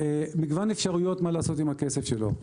מגוון אפשרויות מה לעשות עם הכסף שלו.